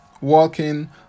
walking